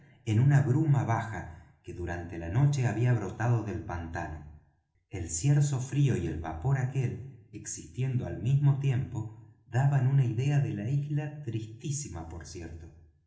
en una bruma baja que durante la noche había brotado del pantano el cierzo frío y el vapor aquel existiendo al mismo tiempo daban una idea de la isla tristísima por cierto